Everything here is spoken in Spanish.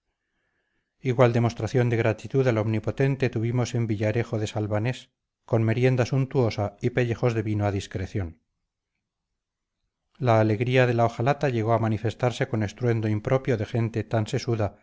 igual demostración de gratitud al omnipotente tuvimos en villarejo de salvanés con merienda suntuosa y pellejos de vino a discreción la alegría de la ojalata llegó a manifestarse con estruendo impropio de gente tan sesuda